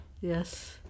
Yes